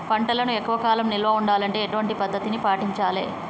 పంటలను ఎక్కువ కాలం నిల్వ ఉండాలంటే ఎటువంటి పద్ధతిని పాటించాలే?